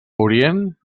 orient